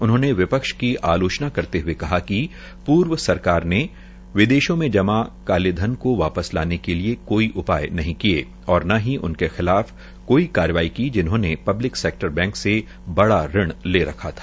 उन्होंने विपक्ष की आलोचना करते कहा िक पूर्व सरकार ने विदेशों में काले धन को वापस लाने के लिये कोई उपाय नहीं किये और न ही उनके खिलाफ कोई कार्यवाही की जिन्होंने पब्लिक सेक्टर बैंक से बड़ा ऋण ले रखा था